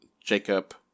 Jacob